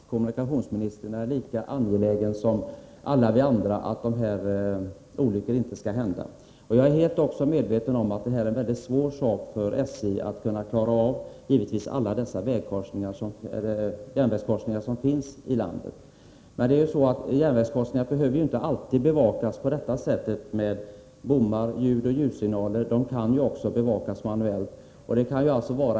Herr talman! Jag är givetvis mycket medveten om att kommunikationsministern är lika angelägen som alla vi andra att sådana här olyckor inte skall hända. Jag är också helt medveten om att det givetvis är svårt för SJ att klara att bevaka alla de järnvägskorsningar som finns i landet. Men järnvägskorsningar behöver ju inte alltid bevakas med bommar och ljudoch ljussignaler — de kan också bevakas manuellt.